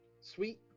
sweet